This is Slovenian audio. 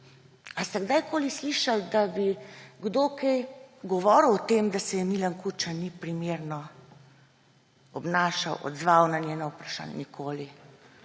Ali ste kdajkoli slišali, da bi kdo kaj govoril o tem, da se Milan Kučan ni primerno obnašal, odzval na njeno vprašanje. Nikoli!